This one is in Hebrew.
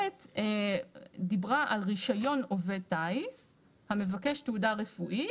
ב' דיברה על רישיון עובד טיס המבקש תעודה רפואית.